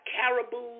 caribou